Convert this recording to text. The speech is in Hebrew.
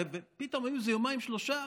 ופתאום היו איזה יומיים-שלושה